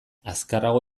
azkarrago